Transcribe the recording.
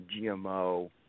GMO